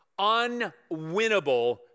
unwinnable